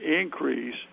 increase